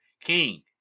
King